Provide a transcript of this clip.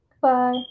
Bye